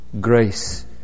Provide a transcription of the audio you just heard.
Grace